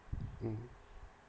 mm